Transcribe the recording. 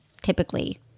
typically